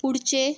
पुढचे